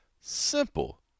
Simple